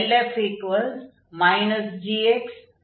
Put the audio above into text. f gx gy1 ஆகும்